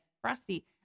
Frosty